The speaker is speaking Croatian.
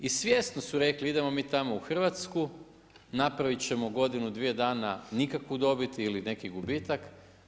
I svjesno su rekli idemo mi tamo u Hrvatsku, napravit ćemo godinu, dvije dana nikakvu dobit ili neki gubitak.